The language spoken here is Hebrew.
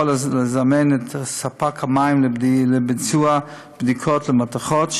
יכול לזמן את ספק המים לביצוע בדיקות לגבי מתכות,